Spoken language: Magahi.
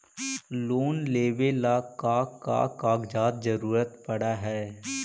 लोन लेवेला का का कागजात जरूरत पड़ हइ?